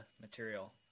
material